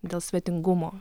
dėl svetingumo